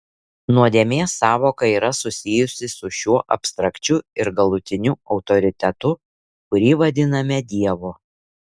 nuodėmės sąvoka yra susijusi su šiuo abstrakčiu ir galutiniu autoritetu kurį vadiname dievu